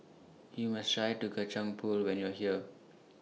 YOU must Try to Kacang Pool when YOU Are here